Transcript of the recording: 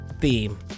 theme